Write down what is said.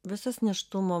visas nėštumo